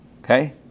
Okay